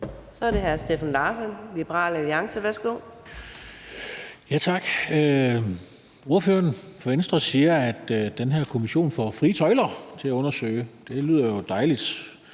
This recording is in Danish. Så er det hr. Steffen Larsen, Liberal Alliance. Værsgo. Kl. 13:30 Steffen Larsen (LA): Tak. Ordføreren for Venstre siger, at den her kommission får frie tøjler til at undersøge det. Det lyder jo dejligt.